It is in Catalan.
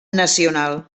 nacional